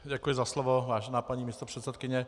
Děkuji za slovo, vážená paní místopředsedkyně.